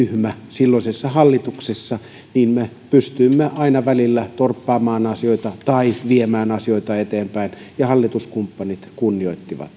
silloisessa hallituksessa me pystyimme aina välillä torppaamaan asioita tai viemään asioita eteenpäin ja hallituskumppanit kunnioittivat